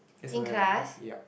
is when yup